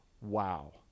wow